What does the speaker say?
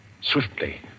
swiftly